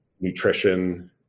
nutrition